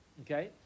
Okay